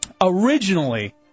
originally